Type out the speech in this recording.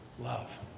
love